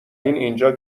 اینجا